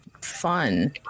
fun